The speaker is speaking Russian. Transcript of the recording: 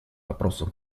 вопросах